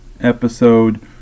episode